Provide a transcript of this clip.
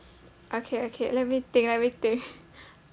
okay okay let me think let me think